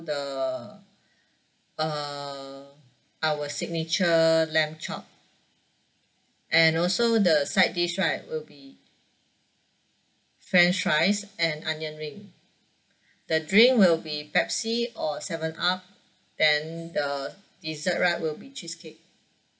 the uh our signature lamb chop and also the side dish right will be french fries and onion ring the drink will be pepsi or seven up then the dessert right will be cheesecake